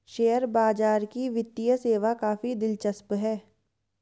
share बाजार की वित्तीय सेवा काफी दिलचस्प है